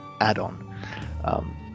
add-on